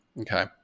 Okay